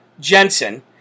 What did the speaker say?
Jensen